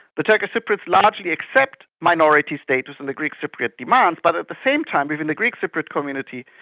the turkish cypriots largely accept minority status and the greek cypriot demands, but at the same time even the greek cypriot community,